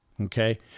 Okay